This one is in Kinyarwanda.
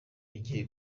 yagiye